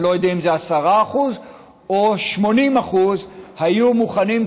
אני לא יודע אם זה 20% או 80% היו מוכנים,